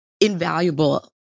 Invaluable